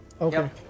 Okay